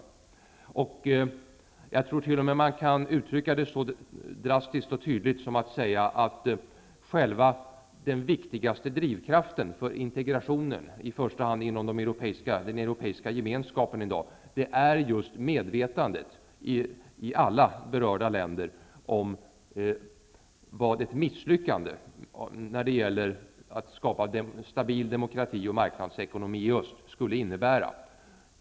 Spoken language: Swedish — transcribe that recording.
Jag tror t.o.m. att man kan uttrycka det så drastiskt och tydligt som att säga att själva den viktigaste drivkraften för integrationen i dag, i första hand inom den europeiska gemenskapen, är just medvetandet i alla berörda länder om vad ett misslyckande med att skapa stabil demokrati och marknadsekonomi i öst skulle innebära.